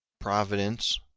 providence,